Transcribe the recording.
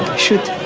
should